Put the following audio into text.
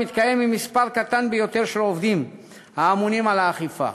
מתקיים עם מספר קטן ביותר של עובדים האמונים על האכיפה.